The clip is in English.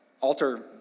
Alter